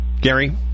Gary